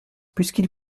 puisqu’il